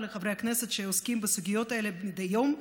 לחברי הכנסת שעוסקים בסוגיות האלה מדי יום,